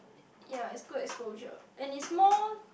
ya it's good exposure and it's more